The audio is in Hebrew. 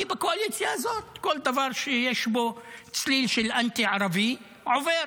כי בקואליציה הזאת כל דבר שיש בו צליל אנטי-ערבי עובר,